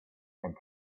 and